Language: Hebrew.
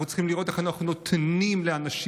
אנחנו צריכים לראות איך אנחנו נותנים לאנשים,